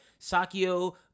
Sakio